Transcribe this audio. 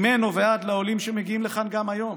ממנו ועד לעולים שמגיעים לכאן גם היום